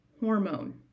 hormone